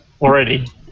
already